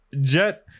Jet